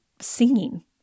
singing